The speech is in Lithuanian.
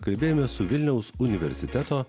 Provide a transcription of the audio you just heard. kalbėjomės su vilniaus universiteto